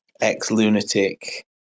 ex-lunatic